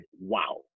Wow